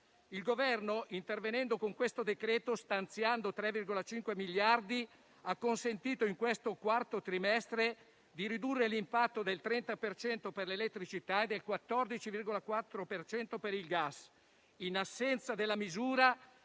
Il Governo, intervenendo con questo decreto, stanziando 3,5 miliardi, ha consentito in questo quarto trimestre di ridurre l'impatto del 30 per cento per l'elettricità e del 14,4 per cento per il gas. In assenza della misura,